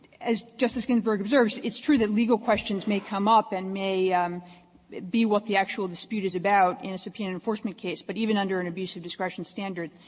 as justice ginsburg observes, it's true that legal questions may come up and may be what the actual dispute is about in a subpoena enforcement case, but even under an abuse of discretion standard,